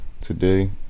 Today